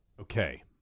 Okay